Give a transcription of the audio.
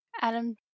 Adam